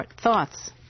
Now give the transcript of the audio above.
thoughts